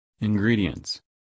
Ingredients